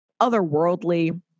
otherworldly